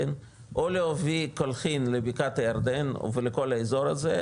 או להוביל קולחין לבקעת הירדן ולכל האזור הזה,